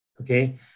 okay